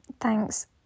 thanks